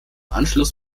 anschluss